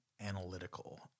analytical